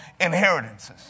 inheritances